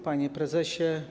Panie Prezesie!